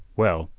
well,